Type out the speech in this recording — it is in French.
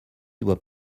doit